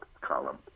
column